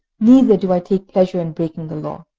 neither do i take pleasure in breaking the law.